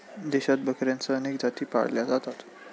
देशात बकऱ्यांच्या अनेक जाती पाळल्या जातात